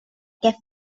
què